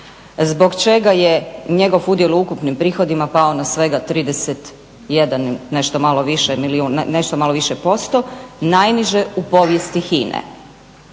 zbog čega je njegov udjel u ukupnim prihodima pao na svega 31, nešto malo više posto, najniže u povijesti HINA-e.